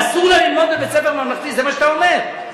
אסור לה ללמוד בבית-ספר ממלכתי, זה מה שאתה אומר.